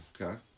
Okay